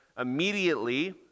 immediately